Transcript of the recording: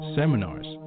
seminars